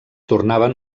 tornaven